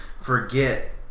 forget